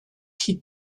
qui